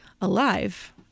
alive